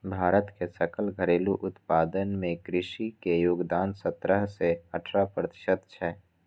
भारत के सकल घरेलू उत्पादन मे कृषि के योगदान सतरह सं अठारह प्रतिशत छै